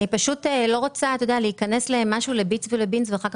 אבל אני